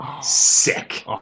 sick